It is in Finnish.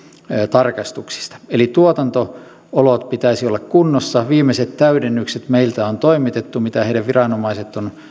tarkastuksista eli tuotanto olojen pitäisi olla kunnossa viimeiset täydennykset meiltä on toimitettu mitä heidän viranomaisensa ovat